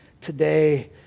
today